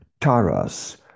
Taras